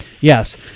Yes